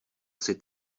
jsi